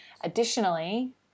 Additionally